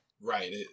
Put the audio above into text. Right